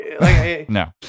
no